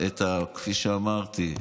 כפי שאמרתי,